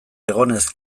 egonez